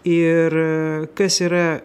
ir kas yra